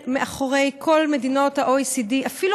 11287, 11290, 11312, 11319 ו-11324.